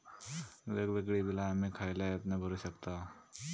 वेगवेगळी बिला आम्ही खयल्या ऍपने भरू शकताव?